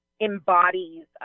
embodies